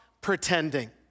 pretending